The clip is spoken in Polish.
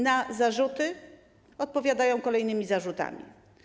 Na zarzuty odpowiadają kolejnymi zarzutami.